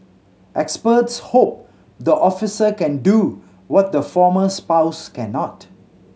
experts hope the officer can do what the former spouse cannot